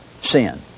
sin